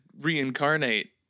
reincarnate